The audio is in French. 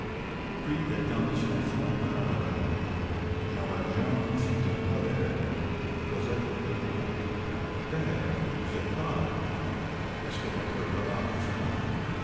puis elle tendit son front à jean valjean jean valjean fit un pas vers elle cosette recula père vous êtes pâle est-ce que votre bras vous fait mal